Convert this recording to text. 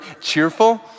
cheerful